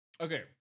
okay